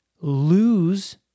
lose